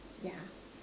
yeah